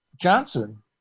Johnson